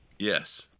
Yes